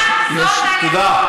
גם זאת אלימות,